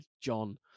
John